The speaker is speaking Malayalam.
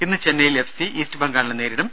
ഇന്ന് ചെന്നൈയിൽ എഫ് സി ഈസ്റ്റ് ബംഗാളിനെ നേരിടും